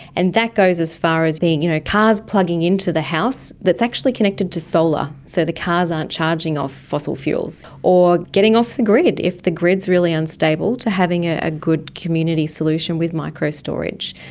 and that goes as far as you know cars plugging into the house that is actually connected to solar, so the cars aren't charging off fossil fuels, or getting off the grid, if the grid is really unstable, to having a good community solution with micro storage.